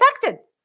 protected